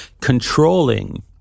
controlling